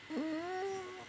oo